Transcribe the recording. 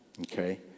Okay